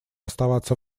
оставаться